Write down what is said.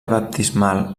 baptismal